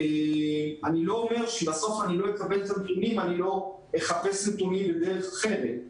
אני לא אומר שאם בסוף לא אקבל את הנתונים לא אחפש נתונים בדרך אחרת.